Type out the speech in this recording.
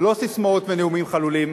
לא ססמאות ונאומים חלולים,